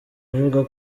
avuga